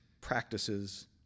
practices